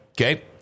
Okay